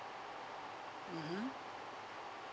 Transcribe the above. mmhmm